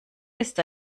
ist